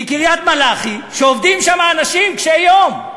מקריית-מלאכי, שעובדים שם אנשים קשי-יום,